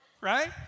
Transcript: Right